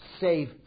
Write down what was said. save